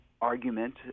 argument